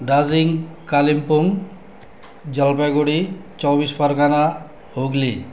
दार्जिलिङ कालिम्पोङ जलपाइगुडी चौबिस परगना हुगली